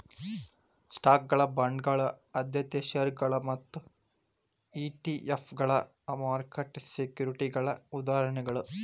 ಸ್ಟಾಕ್ಗಳ ಬಾಂಡ್ಗಳ ಆದ್ಯತೆಯ ಷೇರುಗಳ ಮತ್ತ ಇ.ಟಿ.ಎಫ್ಗಳ ಮಾರುಕಟ್ಟೆ ಸೆಕ್ಯುರಿಟಿಗಳ ಉದಾಹರಣೆಗಳ